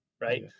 right